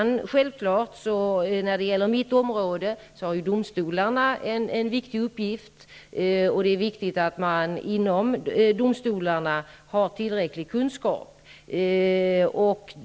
När det gäller mitt område har självfallet domstolarna en viktig uppgift, och det är viktigt att man inom domstolarna har tillräcklig kunskap.